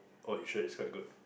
oh the show is quite good